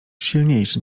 silniejszy